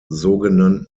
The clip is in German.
sogenannten